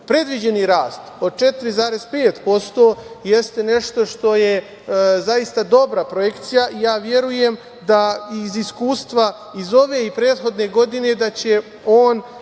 Predviđeni rast od 4,5% jeste nešto što je zaista dobra projekcija i ja verujem da iz iskustva iz ove i prethodne godine da će on